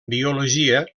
biologia